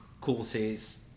courses